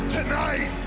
Tonight